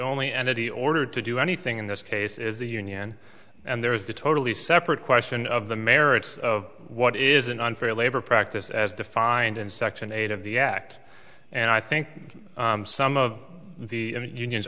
only entity ordered to do anything in this case is the union and there is a totally separate question of the merits of what is an unfair labor practice as defined in section eight of the act and i think some of the unions